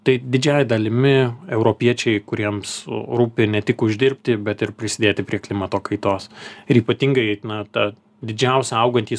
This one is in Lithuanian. tai didžiąja dalimi europiečiai kuriems rūpi ne tik uždirbti bet ir prisidėti prie klimato kaitos ir ypatingai na ta didžiausia augantys